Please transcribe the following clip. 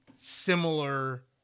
similar